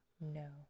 No